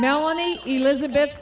melanie elizabeth